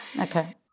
Okay